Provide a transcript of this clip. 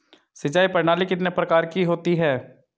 सिंचाई प्रणाली कितने प्रकार की होती हैं?